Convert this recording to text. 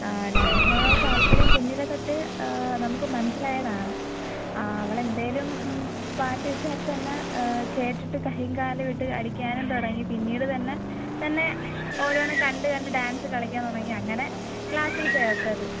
ആ ഡാൻസിനോട് അവൾ താല്പര്യം കുഞ്ഞിലേ തൊട്ട് നമുക്ക് മനസ്സിലായതാണ് ആ അവൾ എന്തെങ്കിലും പാട്ട് ഇട്ടാൽ തന്നെ കേട്ടിട്ട് കൈയ്യും കാലും ഇട്ട് അടിക്കാനും തുടങ്ങി പിന്നീട് തന്നെ തന്നെ ഓരോന്ന് കണ്ട് കണ്ട് ഡാൻസ് കളിക്കാൻ തുടങ്ങി അങ്ങനെ ക്ലാസ്സിൽ ചേർത്തത്